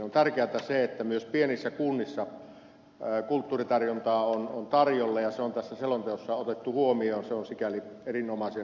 on tärkeätä se että myös pienissä kunnissa kulttuuria on tarjolla ja se on tässä selonteossa otettu huomioon se on sikäli erinomaisen hyvä asia